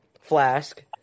flask